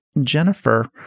Jennifer